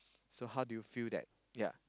so how do you feel that ya